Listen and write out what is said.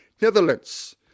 Netherlands